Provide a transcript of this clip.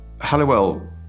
Halliwell